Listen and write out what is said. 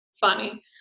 funny